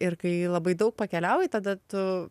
ir kai labai daug pakeliauji tada tu